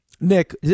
Nick